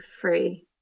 free